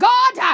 God